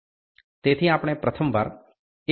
તેથી આપણે પ્રથમ વાર 1